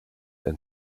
and